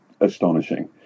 astonishing